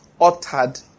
uttered